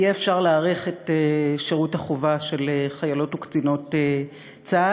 יהיה אפשר להאריך את שירות החובה של חיילות וקצינות צה"ל.